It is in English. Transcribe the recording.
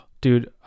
dude